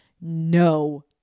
no